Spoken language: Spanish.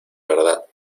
verdad